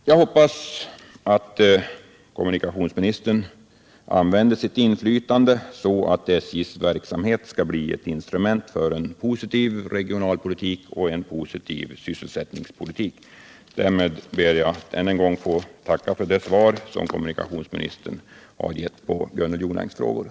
Jag hoppas att kommunikationsministern använder sitt inflytande så att SJ:s verksamhet blir ett instrument för en positiv regionalpolitik och en positiv sysselsättningspolitik. Därmed ber jag än en gång att få tacka för det svar som kommunikationsministern har gett på Gunnel Jonängs fråga.